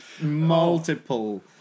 multiple